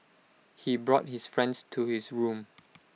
he brought his friends to his room